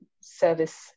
service